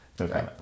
Okay